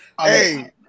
Hey